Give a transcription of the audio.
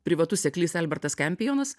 privatus seklys albertas kempionas